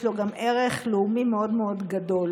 יש לו גם ערך לאומי מאוד מאוד גדול,